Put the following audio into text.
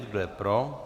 Kdo je pro?